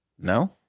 No